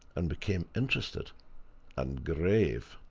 and became interested and grave.